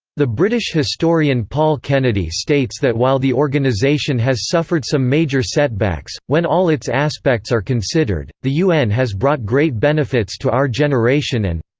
the british historian paul kennedy states that while the organization organization has suffered some major setbacks, when all its aspects are considered, the un has brought great benefits to our generation and.